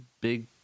Big